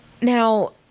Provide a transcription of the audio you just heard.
Now